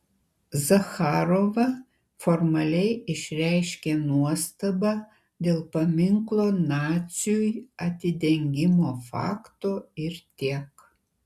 zacharova formaliai išreiškė nuostabą dėl paminklo naciui atidengimo fakto ir tiek